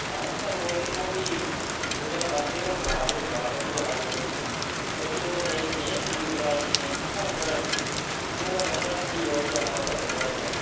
हां इ'यां रोज दिक्खो भी कुतै कंध गै खराब होई जा दवार कोई ते भी ओह् नेईं में ठीक करानी नेईं तुसें करानी इ'यां गै रौंह्दा निं भी ओह् स्यापा गै रौंह्दा पेदा